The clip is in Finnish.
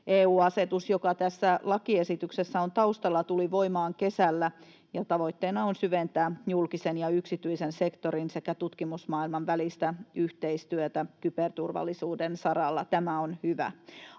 EU-asetus, joka tässä lakiesityksessä on taustalla, tuli voimaan kesällä, ja tavoitteena on syventää julkisen ja yksityisen sektorin sekä tutkimusmaailman välistä yhteistyötä kyberturvallisuuden saralla. Tämä on hyvä.